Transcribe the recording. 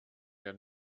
der